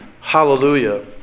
Hallelujah